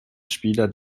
spieler